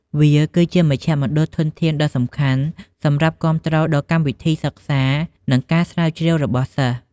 វាគឺជាមជ្ឈមណ្ឌលធនធានដ៏សំខាន់សម្រាប់គាំទ្រដល់កម្មវិធីសិក្សា និងការស្រាវជ្រាវរបស់សិស្ស។